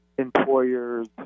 employers